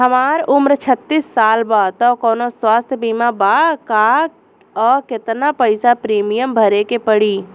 हमार उम्र छत्तिस साल बा त कौनों स्वास्थ्य बीमा बा का आ केतना पईसा प्रीमियम भरे के पड़ी?